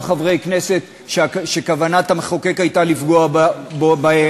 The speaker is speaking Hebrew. חברי כנסת שכוונת המחוקק הייתה לפגוע בהם.